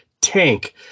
tank